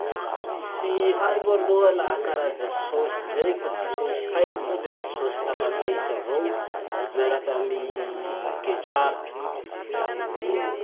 Tsy haiko aloha laha karaza sôsy zay fa ty sôsy haiko zao lefa sôsy tamatesy avao miarak'amy ketchup.